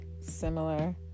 similar